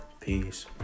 Peace